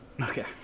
Okay